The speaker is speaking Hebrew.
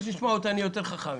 היא לא עונה.